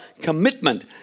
commitment